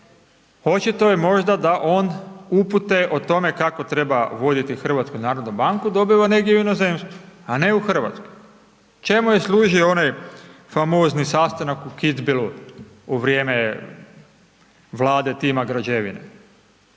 očito je možda da on upute o tome kako treba voditi HNB dobiva negdje u inozemstvu, a ne u RH. Čemu je služio onaj famozni sastanak u Kicbilu u vrijeme Vlade tima građevine?